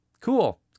cool